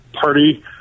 party